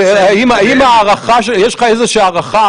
יש לך איזושהי הערכה,